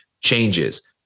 changes